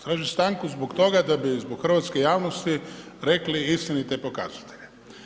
Tražim stanku zbog toga da bi zbog hrvatske javnosti rekli istinite pokazatelje.